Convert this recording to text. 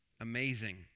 Amazing